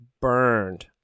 burned